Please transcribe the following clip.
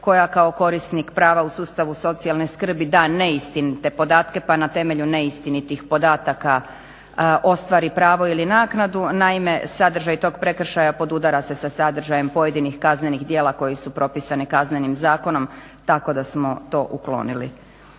koja kao korisnik prava u sustavu socijalne skrbi da neistinite podatke pa na temelju neistinitih podataka ostvari pravo ili naknadu. Naime, sadržaj tog prekršaja podudara se sa sadržajem pojedinih kaznenih djela koje su propisane kaznenim zakonom tako da smo to uklonili.